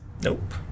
Nope